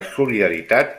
solidaritat